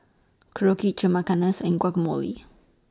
Korokke Chimichangas and Guacamole